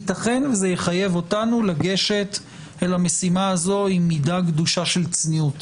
יתכן וזה יחייב אותנו לגשת למשימה הזאת עם מידה גדושה של צניעות